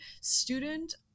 student